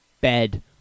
bed